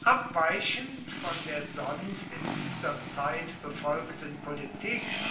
abweichend von der sonst in dieser zeit befolgten politik